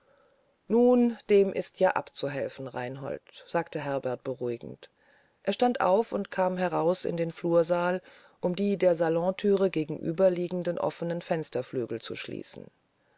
nun dem ist ja abzuhelfen reinhold sagte herbert beruhigend er stand auf und kam heraus in den flursaal um die der salonthüre gegenüberliegenden offenen fensterflügel zu schließen